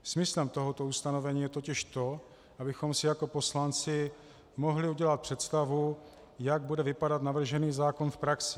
Smyslem tohoto ustanovení je totiž to, abychom si jako poslanci mohli udělat představu, jak bude vypadat navržený zákon v praxi.